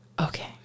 Okay